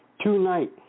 tonight